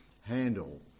handle